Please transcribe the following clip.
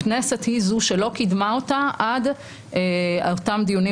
הכנסת היא זו שלא קידמה אותה עד אותם דיונים